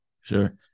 Sure